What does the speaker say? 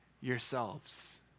yourselves